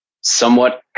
somewhat